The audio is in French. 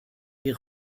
est